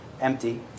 empty